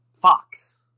fox